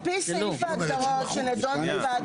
על פי סעיף ההגדרות שנדון בוועדת מיזמים --- שנייה,